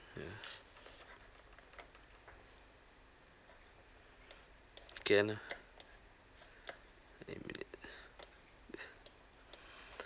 ya can lah